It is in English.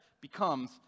becomes